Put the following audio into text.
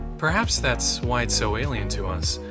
perhaps that's why it's so alien to us.